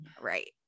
Right